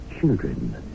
children